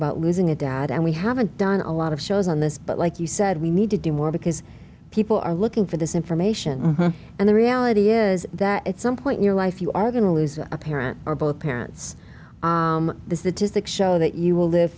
about losing a dad and we haven't done a lot of shows on this but like you said we need to do more because people are looking for this information and the reality is that at some point in your life you are going to lose a parent or both parents the statistics show that you will live